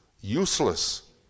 useless